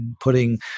putting